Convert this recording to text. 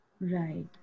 Right